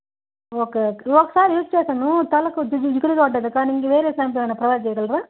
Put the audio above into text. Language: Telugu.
ఓకే ఇది ఒకసారి యూస్ చేశాను తల కొద్దిగ జిగురు పడ్డది కానీ ఇంక వేరే షాంపూ ఏమైనా ప్రొవైడ్ చేయగలరా